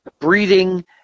breathing